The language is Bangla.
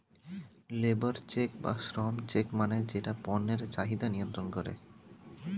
লেবর চেক্ বা শ্রম চেক্ মানে যেটা পণ্যের চাহিদা নিয়ন্ত্রন করে